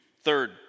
Third